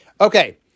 Okay